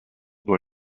doit